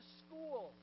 school